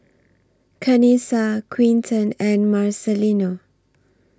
Kanisha Quinten and Marcelino